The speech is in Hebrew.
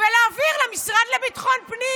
למשרד לביטחון הפנים,